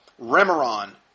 Remeron